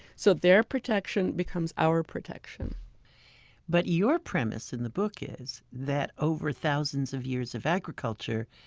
so their protection becomes our protection but your premise in the book is that over thousands of years of agriculture,